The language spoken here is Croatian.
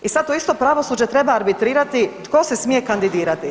I sada to isto pravosuđe treba arbitrirati tko se smije kandidirati.